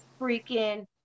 freaking